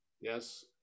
yes